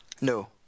No